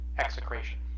execration